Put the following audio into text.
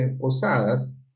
posadas